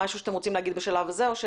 יש משהו שאתם רוצים לומר בשלב הזה?